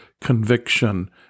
conviction